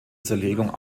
zerlegung